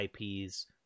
IPs